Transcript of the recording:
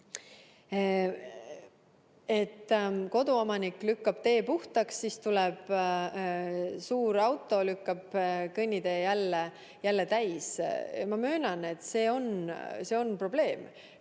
koduomanik lükkab tee puhtaks, aga siis tuleb suur auto ja lükkab kõnnitee jälle täis. Ma möönan, et see on probleem,